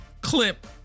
clip